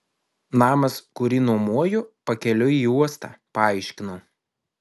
namas kurį nuomoju pakeliui į uostą paaiškinau